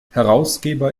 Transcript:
herausgeber